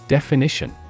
Definition